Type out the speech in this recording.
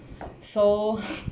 so